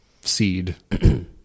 seed